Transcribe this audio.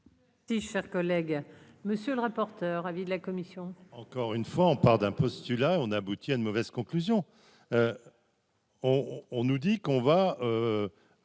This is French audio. Si cher collègue, monsieur le rapporteur, avis de la commission. Encore une fois, on part d'un postulat on aboutit à une mauvaise conclusion : on nous dit qu'on va